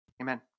Amen